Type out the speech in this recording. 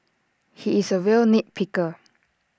he is A real nit picker